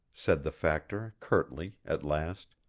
said the factor, curtly, at last.